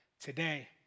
Today